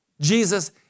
Jesus